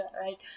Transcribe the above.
right